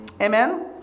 Amen